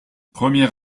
premier